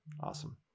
awesome